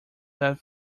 that